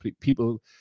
people